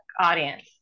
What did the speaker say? audience